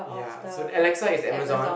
ya so Alexa is Amazon